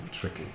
tricky